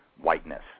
whiteness